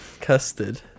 Custard